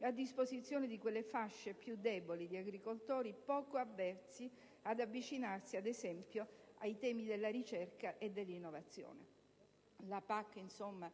a disposizione di quelle fasce più deboli di agricoltori poco avvezzi ad avvicinarsi, ad esempio, ai temi della ricerca e dell'innovazione? La PAC, insomma,